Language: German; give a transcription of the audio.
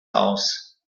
aus